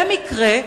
במקרה,